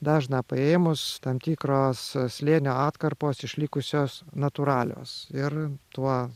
dažną paėmus tam tikros slėnio atkarpos išlikusios natūralios ir tuo